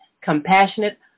compassionate